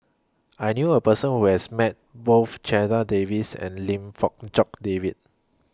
I knew A Person Who has Met Both Checha Davies and Lim Fong Jock David